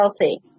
healthy